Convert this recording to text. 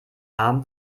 arm